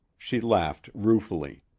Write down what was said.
she laughed ruefully.